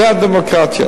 זה הדמוקרטיה.